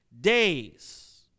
days